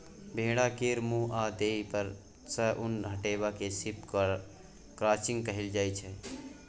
भेड़ा केर मुँह आ देह पर सँ उन हटेबा केँ शिप क्रंचिंग कहल जाइ छै